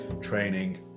training